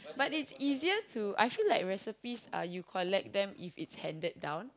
but it's easier to I feel that recipes you collect them if it's handed down